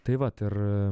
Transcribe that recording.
tai vat ir